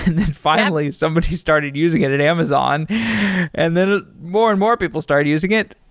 then finally somebody started using it at amazon and then ah more and more people started using it.